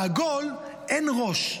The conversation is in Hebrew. בעגול אין ראש.